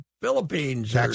Philippines